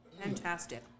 Fantastic